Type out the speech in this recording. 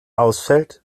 ausfällt